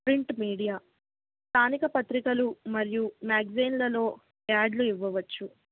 print media స్థానిక పత్రికలు మరియు మ్యాగ్జైన్లలో యాడ్లు ఇవ్వవచ్చు